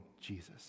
Jesus